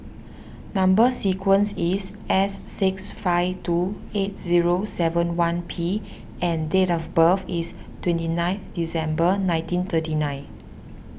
Number Sequence is S six five two eight zero seven one P and date of birth is twenty nine December nineteen thirty nine